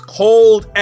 cold